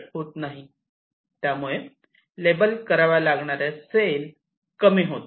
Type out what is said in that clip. त्यामुळे लेबल कराव्या लागणाऱ्या सेल कमी होतात